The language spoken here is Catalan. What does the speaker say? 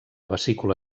vesícula